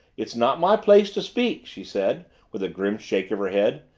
it's not my place to speak, she said with a grim shake of her head,